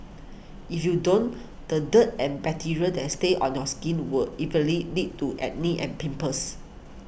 if you don't the dirt and bacteria that a stays on your skin will evenly lead to acne and pimples